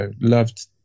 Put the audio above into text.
loved